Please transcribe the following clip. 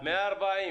אבל אדוני,